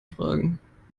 fragen